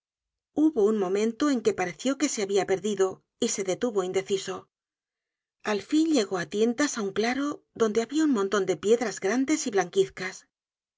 hubo un momento en que pareció que se habia perdido y se detuvo indeciso al fin llegó á tientas á un claro donde habia un monton de piedras grandes y blanquizcas